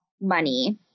money